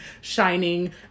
shining